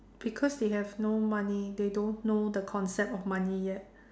because they have no money they don't know the concept of money yet